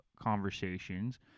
conversations